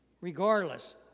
regardless